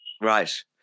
right